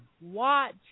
watch